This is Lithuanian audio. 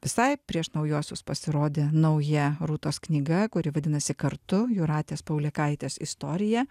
visai prieš naujuosius pasirodė nauja rūtos knyga kuri vadinasi kartu jūratės paulėkaitės istorija